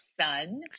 son